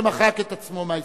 שמחק את עצמו מההסתייגות.